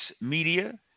media